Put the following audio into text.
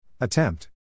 Attempt